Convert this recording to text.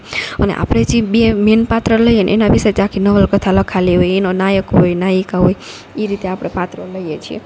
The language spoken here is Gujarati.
અને આપડે જી બે મેન પાત્ર લઈએ ને એના વિશે જ આખી નવલકથા લખાયલી હોય એનો નાયક હોય નાઈકા હોય ઈ રીતે આપડે પાત્રો લઈએ છીએ